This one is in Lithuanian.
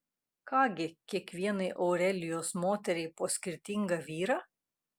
ką gi kiekvienai aurelijos moteriai po skirtingą vyrą